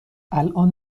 الان